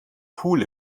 pool